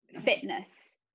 fitness